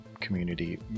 community